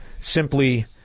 simply